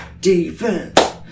defense